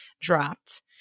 dropped